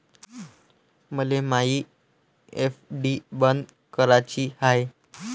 मले मायी एफ.डी बंद कराची हाय